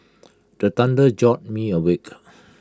the thunder jolt me awake